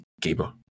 gamer